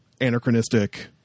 anachronistic